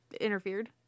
interfered